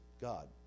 God